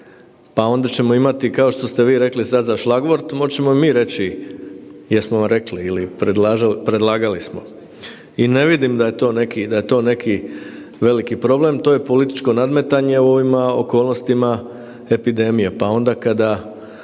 Pa onda ćemo imati kao što ste vi sad rekli za šlagvort, moći ćemo i mi reći jesmo vam rekli ili predlagali smo. I ne vidim da je to neki veliki problem, to je političko nadmetanje u ovim okolnostima epidemije. Pa onda kada